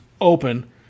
open